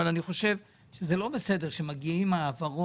אבל אני חושב שזה לא בסדר שמגיעים עם העברות,